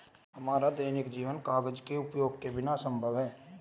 हमारा दैनिक जीवन कागज के उपयोग के बिना असंभव है